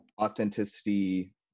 authenticity